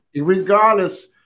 regardless